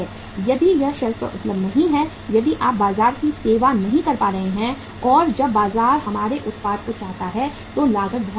यदि यह शेल्फ पर उपलब्ध नहीं है यदि आप बाजार की सेवा नहीं कर पा रहे हैं और जब बाजार हमारे उत्पाद को चाहता है तो लागत बहुत अधिक है